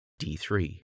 D3